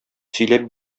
сөйләп